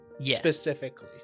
specifically